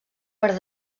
per